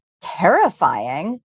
terrifying